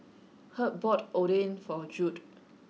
Herb bought Oden for Jude